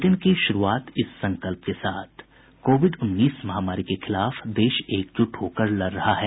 bulletin की शुरूआत इस संकल्प के साथ कोविड उन्नीस महामारी के खिलाफ देश एकजुट होकर लड़ रहा है